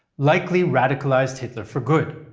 likely radicalized hitler for good.